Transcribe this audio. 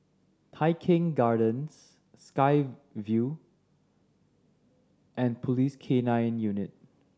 Tai Keng Gardens Sky Vue and Police K Nine Unit